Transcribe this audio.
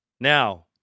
Now